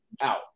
out